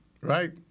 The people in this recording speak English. right